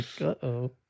uh-oh